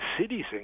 cities